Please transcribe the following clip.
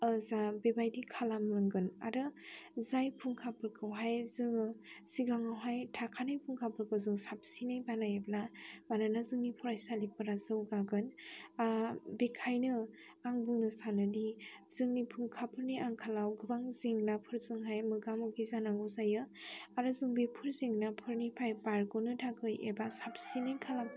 जा बेबायदि खालामनांगोन आरो जाय फुंखाफोरखौहाय जोङो सिगाङावहाय थाखानाय फुंखाफोरखौ जों साबसिनै बानायोब्ला मानोना जोंनि फरायसालिफोरा जौगागोन बेखायनो आं बुंनो सानो दि जोंनि फुंखाफोरनि आंखालाव गोबां जेंनाफोरजोंहाय मोगा मोगि जानांगौ जायो आरो जों बेफोर जेंनाफोरनिफ्राय बारग'नो थाखै एबा साबसिनै खालामनो